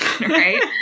right